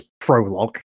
prologue